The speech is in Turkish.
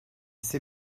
ise